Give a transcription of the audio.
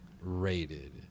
rated